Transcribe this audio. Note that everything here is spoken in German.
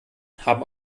haben